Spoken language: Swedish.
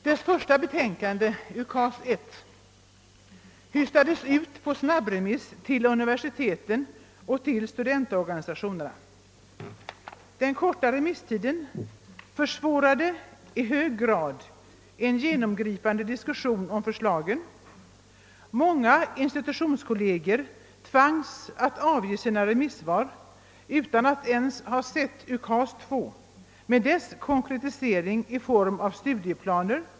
Dess första betänkande, UKAS I, skickades ut på snabbremiss till universiteten och studentorganisationerna. Den korta remisstiden försvårade i hög grad en genomgripande diskussion om förslagen, och många institutionskollegier tvangs avge sina remissvar utan att ens ha sett UKAS II med dess konkretiseringar i form av studieplaner.